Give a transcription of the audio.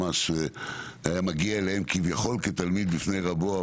היה מגיע אליהם כביכול כתלמיד בפני רבו,